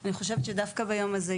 אני חושבת שדווקא ביום הזה,